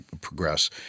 progress